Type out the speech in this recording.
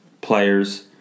players